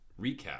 recap